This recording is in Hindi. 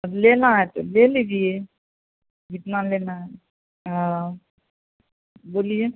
अब लेना है तो ले लीजिए जितना लेना है हाँ बोलिए